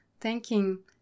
thanking